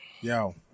Yo